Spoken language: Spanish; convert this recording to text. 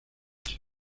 noche